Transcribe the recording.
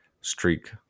streak